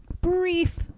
brief